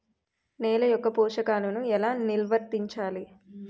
నెల యెక్క పోషకాలను ఎలా నిల్వర్తించాలి